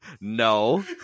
No